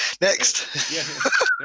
Next